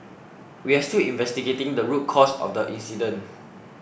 we are still investigating the root cause of the incident